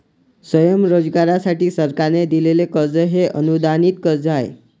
स्वयंरोजगारासाठी सरकारने दिलेले कर्ज हे अनुदानित कर्ज आहे